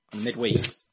midweek